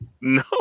No